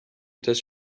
test